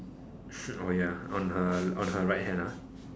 oh ya on her on her right hand ah